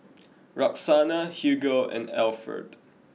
Roxana Hugo and Alferd